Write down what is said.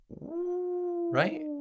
right